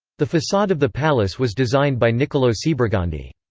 the facade of the palace was designed by nicolo sebregondi.